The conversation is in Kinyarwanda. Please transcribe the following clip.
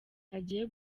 agiye